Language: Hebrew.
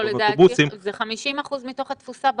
לדעתי זה 50% מתוך התפוסה באוטובוס,